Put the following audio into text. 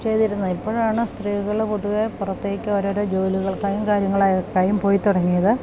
ചെയ്തിരുന്നത് ഇപ്പഴാണ് സ്ത്രീകള് പൊതുവേ പുറത്തേക്കോരോരോ ജോലികൾക്കായും കാര്യങ്ങൾക്കായാലും പോയി തുടങ്ങിയത്